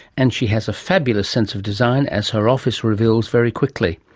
and she has a fabulous sense of design, as her office reveals very quickly.